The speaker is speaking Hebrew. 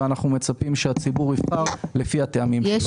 ואנחנו מצפים שהציבור יבחר לפי הטעמים שלו.